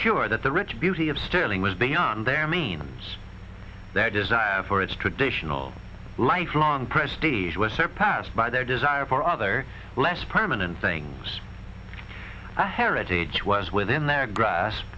sure that the rich beauty of sterling was beyond their means their desire for its traditional lifelong prestige was surpassed by their desire for other less permanent things a heritage was within their gras